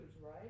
right